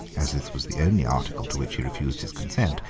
as this was the only article to which he refused his consent,